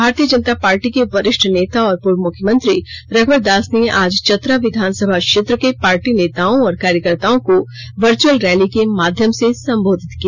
भारतीय जनता पार्टी के वरिष्ठ नेता और पूर्व मुख्यमंत्री रघुवर दास ने आज चतरा विधानसभा क्षेत्र के पार्टी नेताओं और कार्यकर्त्ताओं को वर्चुअल रैली के माध्यम से संबोधित किया